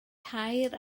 tair